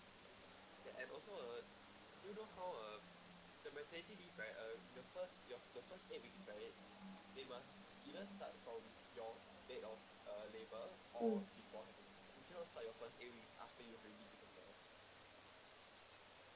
mm